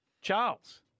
Charles